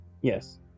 yes